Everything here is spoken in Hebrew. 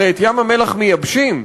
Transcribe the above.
הרי את ים-המלח מייבשים.